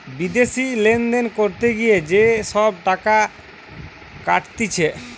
বিদেশি লেনদেন করতে গিয়ে যে সব টাকা কাটতিছে